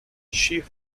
she